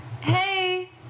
Hey